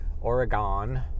Oregon